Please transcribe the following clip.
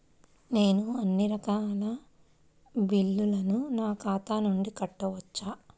నేను అన్నీ రకాల బిల్లులను నా ఖాతా నుండి కట్టవచ్చా?